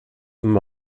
him